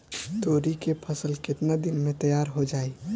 तोरी के फसल केतना दिन में तैयार हो जाई?